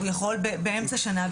הוא יכול באמצע השנה.